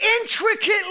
intricately